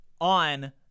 on